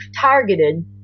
targeted